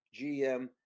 GM